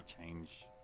change